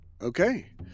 Okay